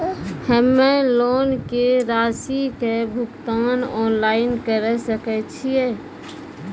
हम्मे लोन के रासि के भुगतान ऑनलाइन करे सकय छियै?